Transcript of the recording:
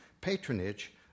patronage